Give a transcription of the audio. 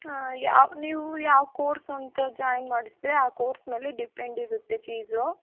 ಹಾಂ ಯಾವ ನೀವು ಯಾವ ಕೋರ್ಸು ಅಂತ ಜಾಯಿನ್ ಮಾಡಿಸ್ತೀರಿ ಆ ಕೋರ್ಸ್ನಲ್ಲಿ ಡಿಪೆಂಡ್ ಇರುತ್ತೆ ಫೀಸು